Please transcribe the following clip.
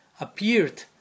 appeared